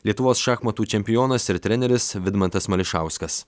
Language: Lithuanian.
lietuvos šachmatų čempionas ir treneris vidmantas mališauskas